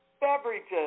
beverages